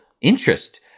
interest